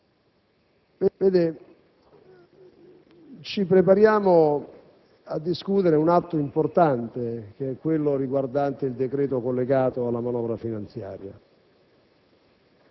Ci prepariamo a discutere un atto importante, cioè il decreto collegato alla manovra finanziaria.